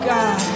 God